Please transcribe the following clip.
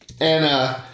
And-